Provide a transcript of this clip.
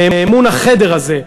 מאמון החדר הזה,